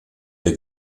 der